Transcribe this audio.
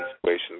situation